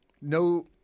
no